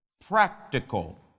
practical